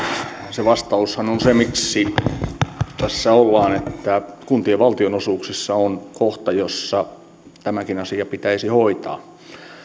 se vastaushan siihen miksi tässä ollaan on se että kuntien valtionosuuksissa on kohta jossa tämäkin asia pitäisi hoitaa